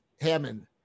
Hammond